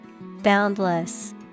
Boundless